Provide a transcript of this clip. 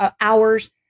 hours